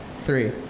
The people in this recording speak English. three